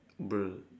bruh